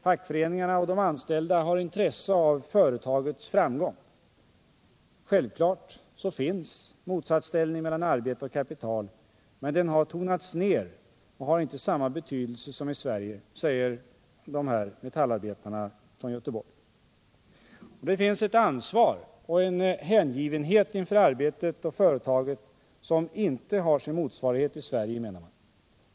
Fackföreningarna och de anställda har intresse av företagets framgång. Självklart finns en motsatsställning mellan arbete och kapital, men den har tonats ner och har inte samma betydelse som i Sverige, säger gruppen. Det finns ett ansvar och en hängivenhet inför arbetet och företaget som inte har sin motsvarighet i Sverige menar man.